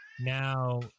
now